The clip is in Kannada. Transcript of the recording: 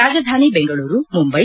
ರಾಜಧಾನಿ ಬೆಂಗಳೂರುಮುಂಬೈ